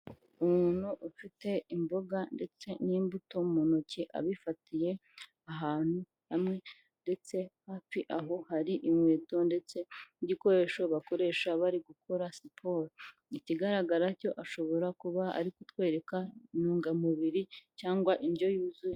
Umuntu ufite imboga ndetse n'imbuto mu ntoki abifatiye ahantu hamwe ndetse hafi aho hari inkweto ndetse n'igikoresho bakoresha bari gukora siporo kigaragara cyo ashobora kuba ari kutwereka intungamubiri cyangwa indyo yuzuye.